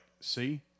See